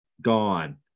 gone